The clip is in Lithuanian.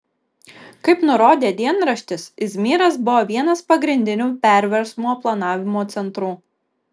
kaip nurodė dienraštis izmyras buvo vienas pagrindinių perversmo planavimo centrų